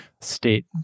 state